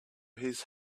his